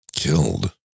Killed